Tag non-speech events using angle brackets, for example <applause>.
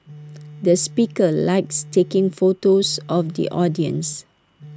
<noise> the speaker likes taking photos of the audience